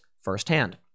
firsthand